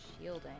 Shielding